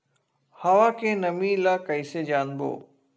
हवा के नमी ल कइसे जानबो?